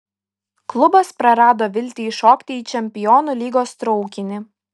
klubas prarado viltį įšokti į čempionų lygos traukinį